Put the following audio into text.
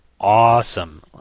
awesome